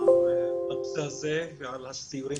בנושא הזה, על הסיורים